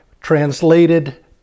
translated